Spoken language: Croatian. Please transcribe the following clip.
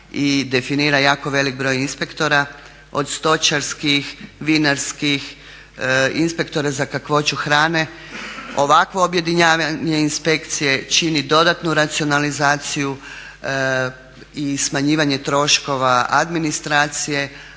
i definira jako veliki broj inspektora, od stočarskih, vinarskih, inspektora za kakvoću hrane. Ovakvo objedinjavanje inspekcije čini dodatnu racionalizaciju i smanjivanje troškova administracije